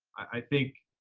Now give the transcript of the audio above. i think